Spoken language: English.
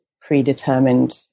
predetermined